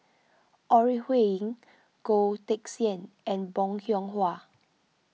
Ore Huiying Goh Teck Sian and Bong Hiong Hwa